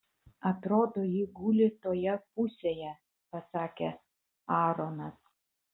atrodo ji guli toje pusėje pasakė aaronas